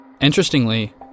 Interestingly